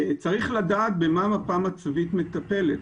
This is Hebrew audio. צריך לדעת במה מפה מצבית מטפלת.